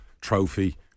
Trophy